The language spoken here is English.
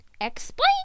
Explain